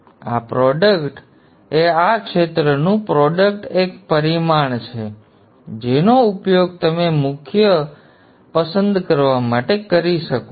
આ પ્રોડક્ટ એ આ ક્ષેત્રનું પ્રોડક્ટ એક પરિમાણ છે જેનો ઉપયોગ તમે મુખ્ય પસંદ કરવા માટે કરી શકો છો